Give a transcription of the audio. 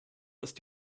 ist